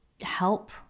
help